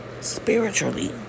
spiritually